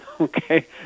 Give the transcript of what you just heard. Okay